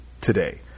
today